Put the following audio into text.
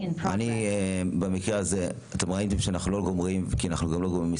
אתם ראיתם שאנחנו לא מסיימים.